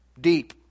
Deep